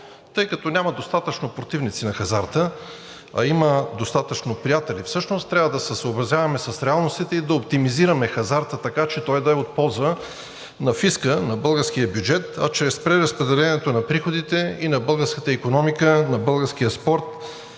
тъй като няма достатъчно противници на хазарта, а има достатъчно приятели, всъщност трябва да се съобразяваме с реалностите и да оптимизираме хазарта, така че той да е от полза на фиска, на българския бюджет, а чрез преразпределението на приходите, и на българската икономика, на българския спорт